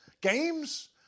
Games